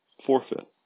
forfeit